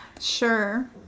Sure